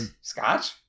scotch